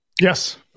yes